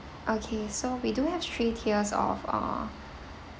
okay so we do have three tiers of uh